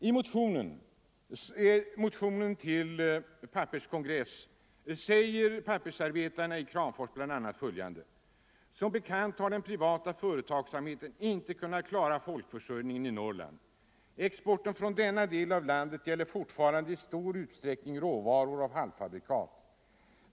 I motionen till Pappers kongress säger pappersarbetarna i Kramfors bl.a. följande: ”Som bekant har den privata företagsamheten inte kunnat klara folkförsörjningen i Norrland. Exporten från denna del av landet gäller fortfarande i stor utsträckning råvaror och halvfabrikat.